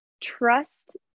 trust